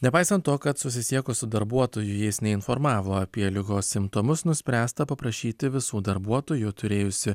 nepaisant to kad susisiekus su darbuotoju jis neinformavo apie ligos simptomus nuspręsta paprašyti visų darbuotojų turėjusių